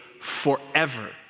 forever